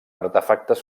artefactes